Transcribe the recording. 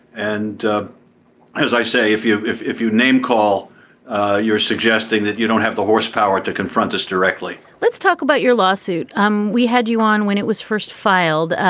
and as i say if you if if you name call you're suggesting that you don't have the horsepower to confront us directly let's talk about your lawsuit. um we had you on when it was first filed.